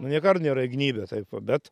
nu nė kart nėra įgnybę taip va bet